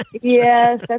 Yes